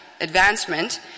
advancement